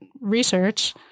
research